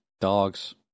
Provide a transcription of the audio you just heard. dogs